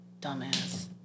dumbass